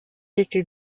legte